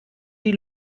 die